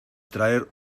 traer